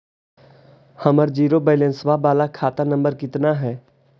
हमर zero balance बाला खाता नम्बर कितना है?